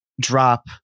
drop